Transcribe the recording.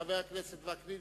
חבר הכנסת יצחק וקנין,